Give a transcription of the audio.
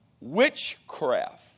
witchcraft